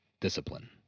discipline